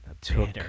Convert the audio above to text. took